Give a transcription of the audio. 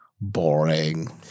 boring